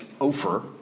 Ofer